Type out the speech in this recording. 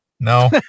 No